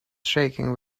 shaking